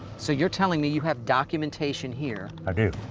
so you're telling me you have documentation here. i do.